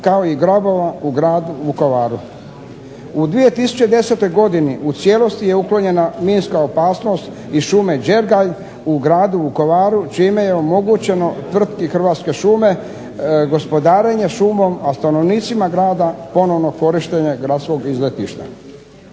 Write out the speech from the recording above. kao i gradova u gradu Vukovaru. U 2010. godini u cijelosti je uklonjena minska opasnost iz šume Đergalj u gradu Vukovaru čime je omogućeno tvrtki Hrvatske šume gospodarenje šumom, a stanovnicima grada ponovno korištenje gradskog izletišta.